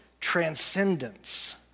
transcendence